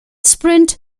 sprint